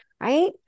right